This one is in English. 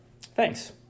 Thanks